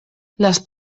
las